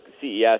CES